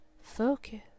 focus